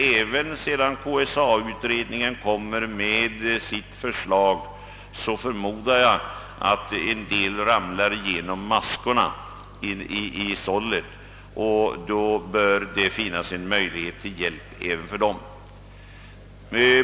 även sedan KSA-utredningen lagt fram sitt förslag förmodar jag att en del människor ramlar igenom maskorna i sållet, och då bör det finnas en möjlighet att hjälpa även dem.